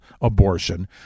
abortion